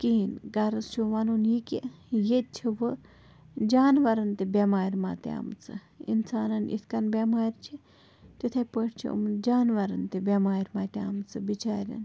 کِہیٖنۍ غرض چھُم وَنُن یہِ کہِ ییٚتہِ چھِ وۄنۍ جانوَرَن تہِ بٮ۪مارِ مَتیمژٕ اِنسانَن اِتھ کٔنۍ بٮ۪مٲرِ چھِ تِتھَے پٲٹھۍ چھِ یِمَن جانوَرَن تہِ بٮ۪مارِ مَتیٛمژٕ بِچارٮ۪ن